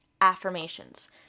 affirmations